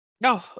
No